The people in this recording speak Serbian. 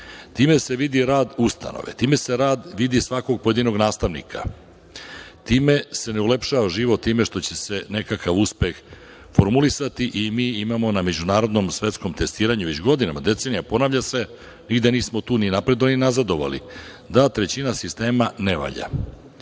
se vidi rad ustanove. Time se vidi rad svakog pojedinog nastavnika. Time se ne ulepšava život time što će se nekakav uspeh formulisati i mi imamo na međunarodnom, svetskom testiranju već godinama, decenijama, ponavlja se, nigde nismo tu ni napredovali ni nazadovali, da trećina sistema ne valja.